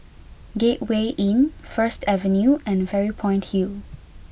Gateway Inn First Avenue and Fairy Point Hill